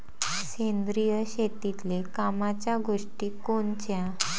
सेंद्रिय शेतीतले कामाच्या गोष्टी कोनच्या?